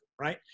right